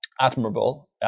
admirable